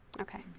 Okay